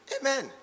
Amen